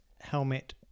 helmet